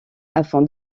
afin